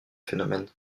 phénomène